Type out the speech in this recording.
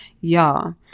Y'all